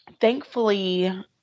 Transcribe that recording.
thankfully